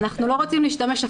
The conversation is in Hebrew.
אנחנו לא רוצים להשתמש אף פעם.